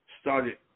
started